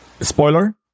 Spoiler